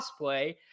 cosplay